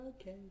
okay